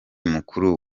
mukuru